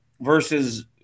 versus